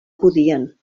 podien